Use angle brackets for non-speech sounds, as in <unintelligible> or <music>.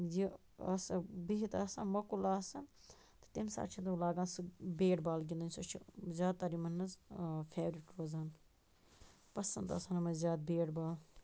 یہِ آسَو بِہِتھ آسان مۄکُل آسان تہٕ تَمہِ ساتہٕ چھِ نٕم لاگان سُہ بیٹ بال گِنٛدِنۍ سُہ چھُ زیادٕ تَر یِمَن منٛز فیورِٹ روزان پَسنٛد آسان <unintelligible> زیادٕ بیٹ بال